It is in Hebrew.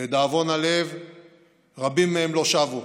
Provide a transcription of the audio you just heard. לדאבון הלב רבים מהם לא שבו,